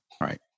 right